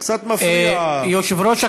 קצת מפריע, יושב-ראש הקואליציה,